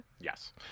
Yes